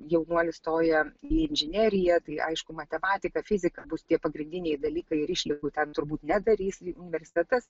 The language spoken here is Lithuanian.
jaunuolis stoja į inžineriją tai aišku matematika fizika bus tie pagrindiniai dalykai ir išlygų ten turbūt nedarys universitetas